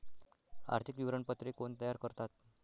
आर्थिक विवरणपत्रे कोण तयार करतात?